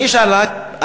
אני אשאל רק,